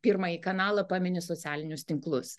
pirmąjį kanalą pamini socialinius tinklus